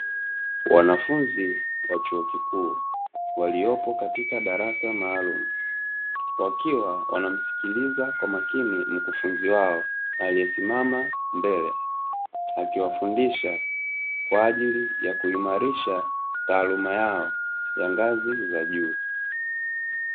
Wanafunzi wa chuo kikuu waliopo katika darasa maalumu wakiwa wanamsikiliza kwa makini mkufunzi wao, aliyesimama mbele akiwafundisha kwa ajili ya kuimalisha taaluma yao ya ngazo za juu.